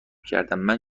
کردندمن